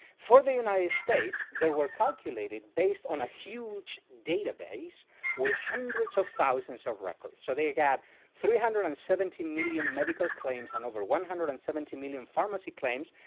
for the united states, there were calculated based on a huge database with hundreds of thousands of records. so they got three hundred and seventy million medical claims and over one hundred and seventy million pharmacy claims.